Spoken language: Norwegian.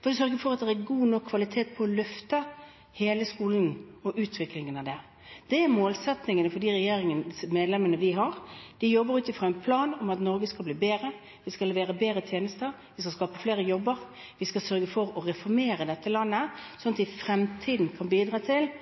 for å sørge for at det er god nok kvalitet på – og at vi løfter – hele skolen og utviklingen av den? Det er målsettingen for de medlemmene denne regjeringen har. De jobber ut fra en plan om at Norge skal bli bedre – vi skal levere bedre tjenester, vi skal skape flere jobber, vi skal sørge for å reformere dette landet, slik at vi i fremtiden kan bidra til